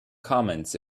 comments